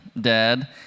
Dad